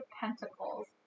Pentacles